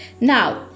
Now